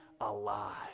alive